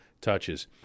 touches